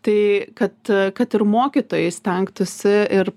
tai kad kad ir mokytojai stengtųsi ir